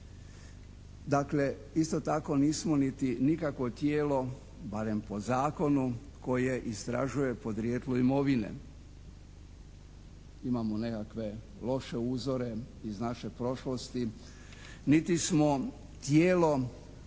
Dakle, isto tako nismo niti nikakvo tijelo, barem po zakonu koje istražuje podrijetlo imovine. Imamo nekakve loše uzore iz naše prošlosti, niti smo tijelo